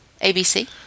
ABC